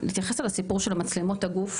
תתייחס לסיפור של מצלמות הגוף,